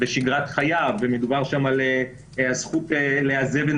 בשגרת חייו ומדובר שם על הזכות לאזן בין